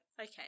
Okay